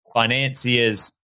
financiers